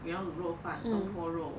you know 卤肉饭东坡肉